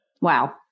Wow